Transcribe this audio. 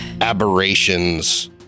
aberrations